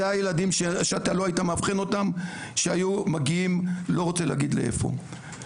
זה הילדים שאתה לא היית מאבחן אותם שהיו מגיעים לא רוצה להגיד לאיפה.